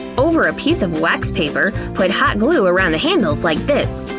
over a piece of wax paper, put hot glue around the handles like this.